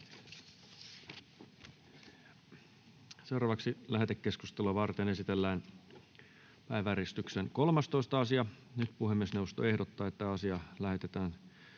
Content: Lähetekeskustelua varten esitellään päiväjärjestyksen 12. asia. Puhemiesneuvosto ehdottaa, että asia lähetetään